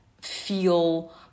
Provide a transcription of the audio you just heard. feel